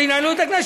שינהלו את הכנסת,